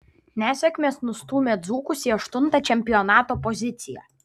nesėkmės nustūmė dzūkus į aštuntą čempionato poziciją